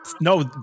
No